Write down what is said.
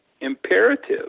imperative